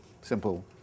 simple